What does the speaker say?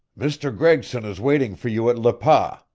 mr. gregson is waiting for you at le pas,